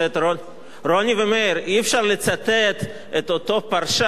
את אותו פרשן פעמיים בשני נאומים מאותה סיעה.